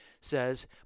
says